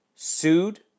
Sued